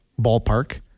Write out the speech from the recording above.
ballpark